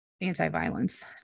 anti-violence